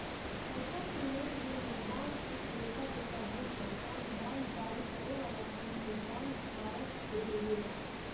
पईसा के लेनदेन में बांड एक लेखा के सबूत ह जवन बांड जारी करे वाला कंपनी बांड धारक के देवेला